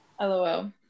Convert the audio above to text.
lol